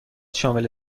شامل